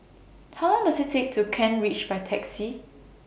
How Long Does IT Take to Kent Ridge By Taxi